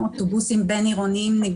והתגבור נעשה לעתים עם אוטובוסים בין-עירוניים,